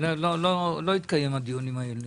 לא יתקיימו הדיונים האלה.